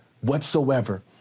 whatsoever